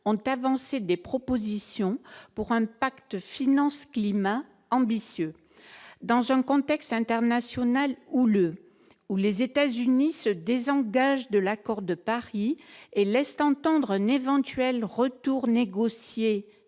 ont avancé des propositions pour un pacte finance-climat ambitieux dans un contexte international ou le ou les États-Unis se désengage de l'accord de Paris et laissent entendre un éventuel retour négocié